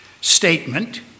statement